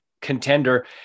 contender